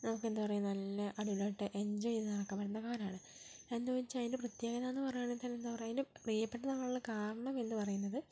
നമുക്കെന്താ പറയുക നല്ല അടിപൊളിയായിട്ട് എൻജോയ് ചെയ്തു നടക്കാൻ പറ്റുന്ന കാലമാണ് എന്നുവെച്ചാൽ അതിൻ്റെ പ്രത്യേകതയെന്ന് പറയുകയാണെങ്കിൽ തന്നെ എന്താ പറയുക അതെൻ്റെ പ്രിയപ്പെട്ടതാകാനുള്ള കാരണം എന്ന് പറയുന്നത്